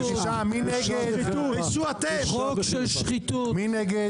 מכוח דיני מדינת